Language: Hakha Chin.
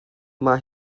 mah